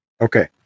okay